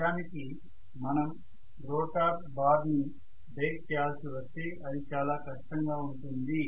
నిజానికి మనం rotor bar ని బ్రేక్ చేయాల్సి వస్తే అది చాలా కష్టం గా ఉంటుంది